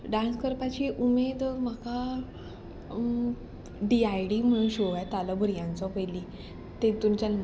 dance करपाची उमेद म्हाका डी आय डी म्हूण शो येतालो भुरग्यांचो पयली तेतून